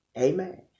Amen